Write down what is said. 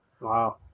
Wow